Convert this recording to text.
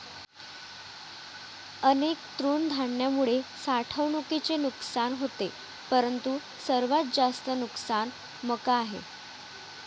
अनेक तृणधान्यांमुळे साठवणुकीचे नुकसान होते परंतु सर्वात जास्त नुकसान मका आहे